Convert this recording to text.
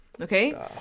Okay